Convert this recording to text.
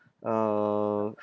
uh